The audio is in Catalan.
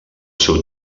seu